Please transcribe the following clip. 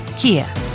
Kia